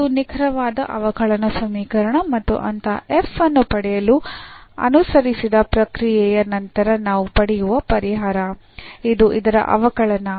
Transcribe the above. ಇದು ನಿಖರವಾದ ಅವಕಲನ ಸಮೀಕರಣ ಮತ್ತು ಅಂತಹ ಅನ್ನು ಪಡೆಯಲು ಅನುಸರಿಸಿದ ಪ್ರಕ್ರಿಯೆಯ ನಂತರ ನಾವು ಪಡೆಯುವ ಪರಿಹಾರ ಇದು ಇದರ ಅವಕಲನ